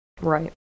right